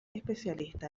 especialista